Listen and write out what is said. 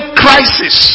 crisis